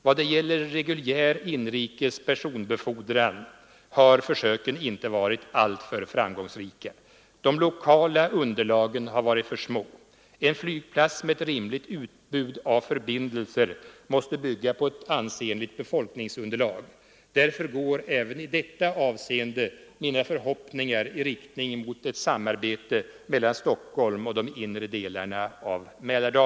Vad det gäller reguljär inrikes personbefordran har försöken inte varit alltför framgångsrika. De lokala underlagen har varit för små. En flygplats med ett rimligt utbud av förbindelser måste bygga på ett ansenligt befolkningsunderlag. Därför går även i detta avseende mina Nr 14 förhoppningar i riktning mot ett samarbete mellan Stockholm och de Onsdagen den inre delarna av Mälardalen.